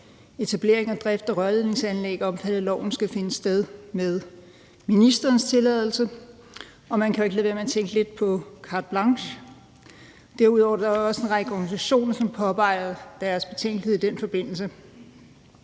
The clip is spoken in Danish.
etablering og drift af rørledningsanlæg omhandlet i lovforslaget skal finde sted med ministerens tilladelse, og man jo ikke lade være med at tænke lidt på, at det giver carte blanche. Derudover er der også en række organisationer, som påpeger deres betænkelighed i den forbindelse.